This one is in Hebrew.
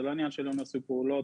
זה לא עניין שלא נעשו פעולות.